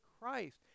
Christ